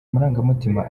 amarangamutima